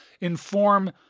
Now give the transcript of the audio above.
inform